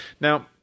Now